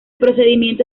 procedimiento